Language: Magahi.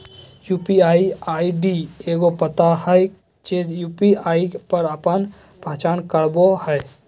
यू.पी.आई आई.डी एगो पता हइ जे यू.पी.आई पर आपन पहचान करावो हइ